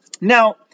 Now